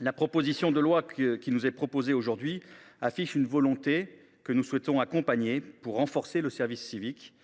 La proposition de loi qui nous est soumise aujourd’hui permet d’afficher une volonté que nous souhaitons soutenir, celle de renforcer le service civique.